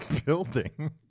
Building